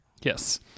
Yes